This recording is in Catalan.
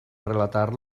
relatar